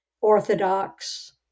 Orthodox